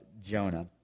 Jonah